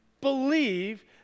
believe